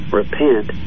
repent